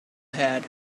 had